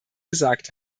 gesagt